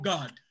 God